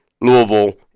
Louisville